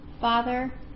Father